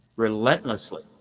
relentlessly